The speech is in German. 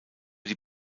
die